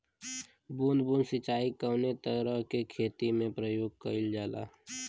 बूंद बूंद सिंचाई कवने तरह के खेती में प्रयोग कइलजाला?